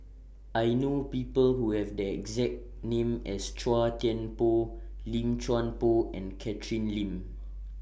I know People Who Have The exact name as Chua Thian Poh Lim Chuan Poh and Catherine Lim